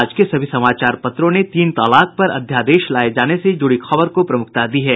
आज के सभी समाचार पत्रों ने तीन तलाक पर अध्यादेश लाये जाने से जुड़ी खबर को प्रमुखता दी है